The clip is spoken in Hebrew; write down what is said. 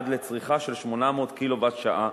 עד לצריכה של 800 קילוואט-שעה